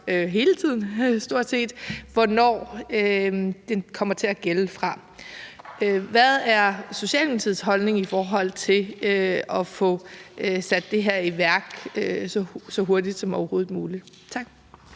hele tiden stort set – hvornår det kommer til at gælde fra. Hvad er Socialdemokratiets holdning i forhold til at få sat det her i værk så hurtigt som overhovedet muligt? Tak.